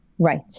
Right